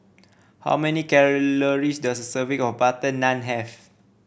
how many calories does a serving of butter naan have